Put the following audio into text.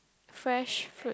fresh fruit